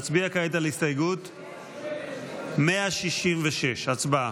166. נצביע כעת על הסתייגות 166. הצבעה.